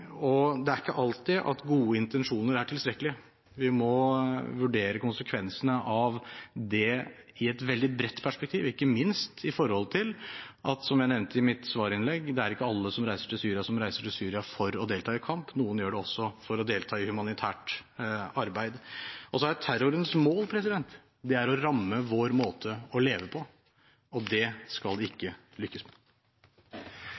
Det er ikke alltid at gode intensjoner er tilstrekkelig. Vi må vurdere konsekvensene av det i et veldig bredt perspektiv, ikke minst med hensyn til – som jeg nevnte i mitt svarinnlegg – at det ikke er alle som reiser til Syria, som reiser dit for å delta i kamp. Noen gjør det også for å delta i humanitært arbeid. Og så er terrorens mål å ramme vår måte å leve på, og det skal de ikke